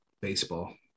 baseball